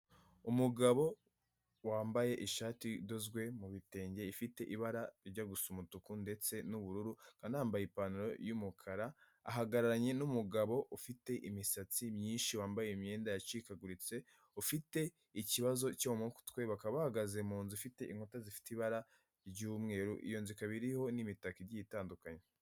Umugabo wambaye ishati idozwe mu bitenge, ifite ibara rijya gusa umutuku ndetse n'ubururu, akaba anambaye ipantaro y'umukara, ahagararanye n'umugabo ufite imisatsi myinshi, wambaye imyenda yacikaguritse, ufite ikibazo cyo mu mutwe, bakaba bahagaze mu nzu ifite inkuta zifite ibara ry'umweru, iyo nzu ikaba iriho n'imitako igiye itandukanye.